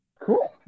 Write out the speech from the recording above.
Cool